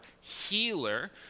healer